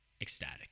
ecstatic